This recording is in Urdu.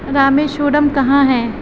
رامیشورم کہاں ہے